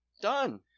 Done